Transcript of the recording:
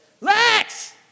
Lex